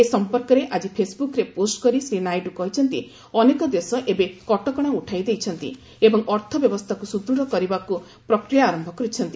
ଏ ସମ୍ପର୍କରେ ଆକି ଫେସବ୍ରକରେ ପୋଷ୍ଟ କରି ଶ୍ରୀ ନାଇଡୁ କହିଛନ୍ତି ଅନେକ ଦେଶ ଏବେ କଟକଣା ଉଠାଇ ଦେଇଛନ୍ତି ଏବଂ ଅର୍ଥ ବ୍ୟବସ୍ଥାକୁ ସୁଦୃତ କରିବାକୁ ପ୍ରକ୍ରିୟା ଆରମ୍ଭ କରିଛନ୍ତି